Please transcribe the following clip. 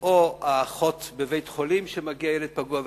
או האחות בבית-חולים כשמגיע ילד פגוע וכדומה.